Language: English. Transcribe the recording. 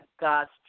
God's